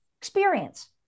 experience